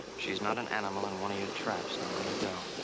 she's not an animal in one of your traps. now, let her go.